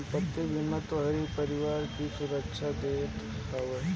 संपत्ति बीमा तोहरी परिवार के सुरक्षा देत हवे